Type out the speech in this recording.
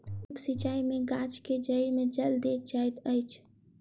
उप सिचाई में गाछ के जइड़ में जल देल जाइत अछि